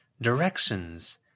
Directions